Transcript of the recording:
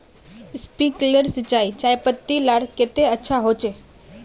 Sprinkler सिंचाई चयपत्ति लार केते अच्छा होचए?